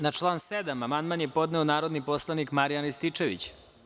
Na član 7. amandman je podneo narodni poslanik Marijan Rističević.